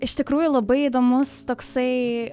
iš tikrųjų labai įdomus toksai